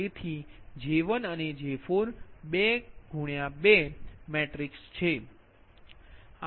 તેથી આ J1અને J4 2 2 મેટ્રિક્સ છે